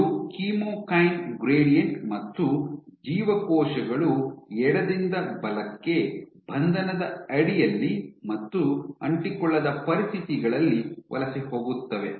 ಇದು chemokine gradient ಮತ್ತು ಜೀವಕೋಶಗಳು ಎಡದಿಂದ ಬಲಕ್ಕೆ ಬಂಧನದ ಅಡಿಯಲ್ಲಿ ಮತ್ತು ಅಂಟಿಕೊಳ್ಳದ ಪರಿಸ್ಥಿತಿಗಳಲ್ಲಿ ವಲಸೆ ಹೋಗುತ್ತವೆ